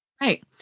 right